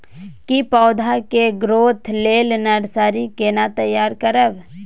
की पौधा के ग्रोथ लेल नर्सरी केना तैयार करब?